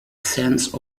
sense